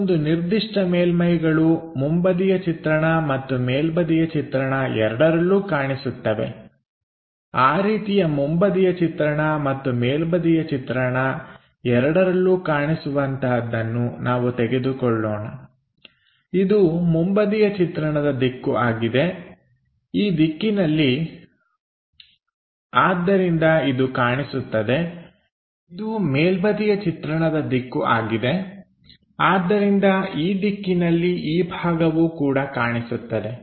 ಕೆಲವೊಂದು ನಿರ್ದಿಷ್ಟ ಮೇಲ್ಮೈಗಳು ಮುಂಬದಿಯ ಚಿತ್ರಣ ಮತ್ತು ಮೇಲ್ಬದಿಯ ಚಿತ್ರಣ ಎರಡರಲ್ಲೂ ಕಾಣಿಸುತ್ತವೆ ಆ ರೀತಿಯ ಮುಂಬದಿಯ ಚಿತ್ರಣ ಮತ್ತು ಮೇಲ್ಬದಿಯ ಚಿತ್ರಣ ಎರಡರಲ್ಲೂ ಕಾಣಿಸುವಂತಹದನ್ನು ನಾವು ತೆಗೆದುಕೊಳ್ಳೋಣ ಇದು ಮುಂಬದಿಯ ಚಿತ್ರಣದ ದಿಕ್ಕು ಆಗಿದೆ ಈ ದಿಕ್ಕಿನಲ್ಲಿ ಆದ್ದರಿಂದ ಇದು ಕಾಣಿಸುತ್ತದೆ ಈ ಮೇಲ್ಬದಿಯ ಚಿತ್ರಣದ ದಿಕ್ಕು ಆಗಿದೆ ಆದ್ದರಿಂದ ಈ ದಿಕ್ಕಿನಲ್ಲಿ ಈ ಭಾಗವು ಕೂಡ ಕಾಣಿಸುತ್ತದೆ